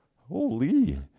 holy